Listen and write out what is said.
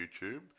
YouTube